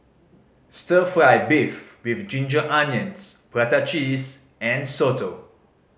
Stir Fry beef with ginger onions prata cheese and soto